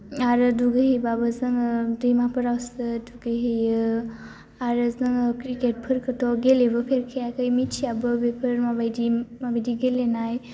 आरो दुगैहैबाबो जोङो दैमाफोरावसो दुगैहैयो आरो जोङो क्रिकेटफोरखौथ' गेलेबोफेरखायाखै मिथियाबो बेफोर माबायदि माबायदि गेलेनाय